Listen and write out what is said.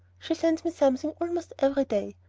she sends me something almost every day.